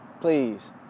please